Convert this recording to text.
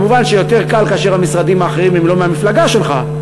כמובן שיותר קל כאשר המשרדים האחרים הם לא מהמפלגה שלך,